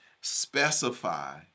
Specify